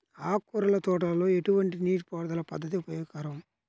ఆకుకూరల తోటలలో ఎటువంటి నీటిపారుదల పద్దతి ఉపయోగకరం?